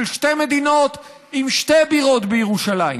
של שתי מדינות עם שתי בירות בירושלים.